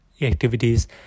activities